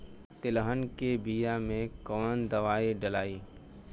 तेलहन के बिया मे कवन दवाई डलाई?